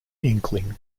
inkling